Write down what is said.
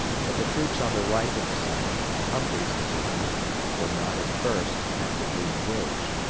but the troops on the right of the centre humphreys' division were not at first actively engaged,